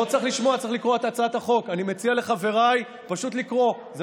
לא צריך לשמוע, צריך לקרוא את הצעת החוק.